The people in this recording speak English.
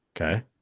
Okay